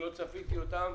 שלא צפיתי אותם